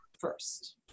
first